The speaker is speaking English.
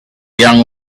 young